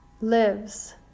lives